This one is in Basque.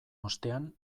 ostean